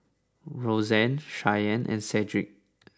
Rozanne Cheyenne and Cedrick